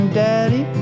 daddy